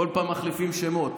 בכל פעם מחליפים שמות.